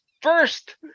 first